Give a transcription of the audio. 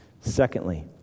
Secondly